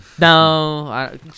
No